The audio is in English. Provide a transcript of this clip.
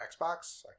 Xbox